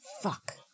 Fuck